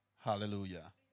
Hallelujah